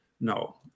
no